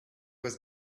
was